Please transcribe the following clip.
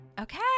Okay